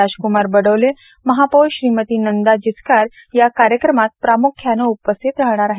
राजक्मार बडोले महापौर श्रीमती नंदा जिचकार या कार्यक्रमात प्रामुख्यान उपस्थित राहणार आहेत